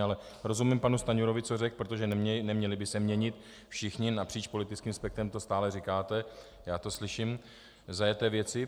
Ale rozumím panu Stanjurovi, co řekl, protože neměly by se měnit všichni napříč politickým spektrem to stále říkáte, já to slyším zajeté věci.